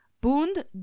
Bund